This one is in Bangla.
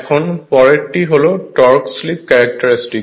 এখন পরেরটি হল টর্ক স্লিপ ক্যারেক্টারিস্টিক